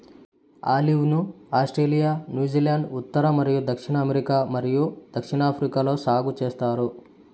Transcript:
olive ను Australia, New Zealand, ఉత్తర మరియు దక్షిణ అమెరికా మరియు దక్షిణాఫ్రికాలో సాగు చేస్తారు